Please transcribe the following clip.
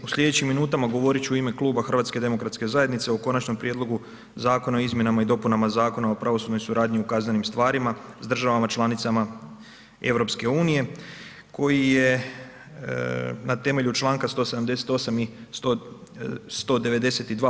U sljedećim minutama govorit ću u ime Kluba HDZ-a o Konačnom prijedlogu Zakona o izmjenama i dopunama Zakona o pravosudnoj suradnji u kaznenim stvarima s državama članicama EU koji je na temelju čl. 178. i 192.